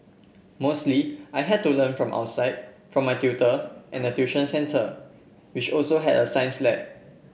mostly I had to learn from outside from my tutor and the tuition centre which also had a science lab